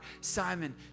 Simon